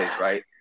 right